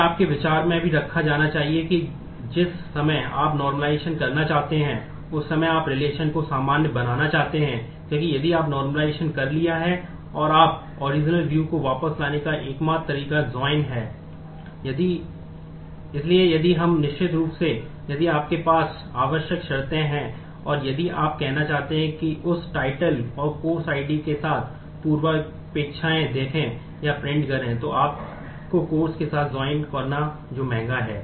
यह आपके विचार में भी रखा जाना चाहिए कि जिस समय आप नोर्मलिज़शन होगा जो महंगा है